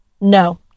no